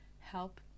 help